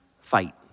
fight